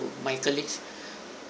my colleagues